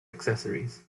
accessories